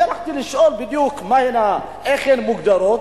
אני הלכתי לשאול איך בדיוק הן מוגדרות,